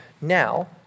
Now